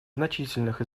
значительных